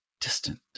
distant